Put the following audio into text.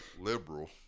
liberal